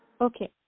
Okay